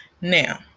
Now